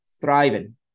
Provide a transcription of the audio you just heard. thriving